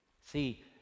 See